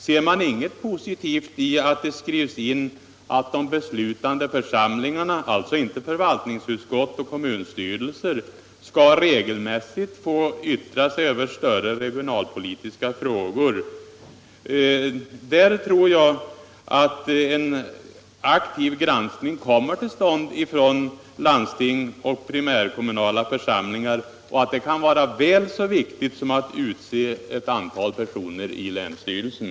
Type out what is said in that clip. Ser man inget positivt i att det skrivs in att de beslutande församlingarna — alltså inte förvaltningsutskott och kommunstyrelser — skall regelmässigt få yttra sig över större regionalpolitiska frågor? Där tror jag att en aktiv granskning kommer till stånd ifrån landsting och primärkommunala församlingar och att detta kan vara väl så viktigt som att utse ett antal personer i länsstyrelsen.